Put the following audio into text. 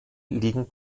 liegen